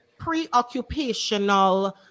preoccupational